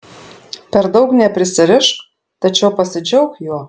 per daug neprisirišk tačiau pasidžiauk juo